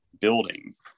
buildings